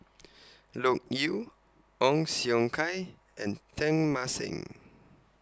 Loke Yew Ong Siong Kai and Teng Mah Seng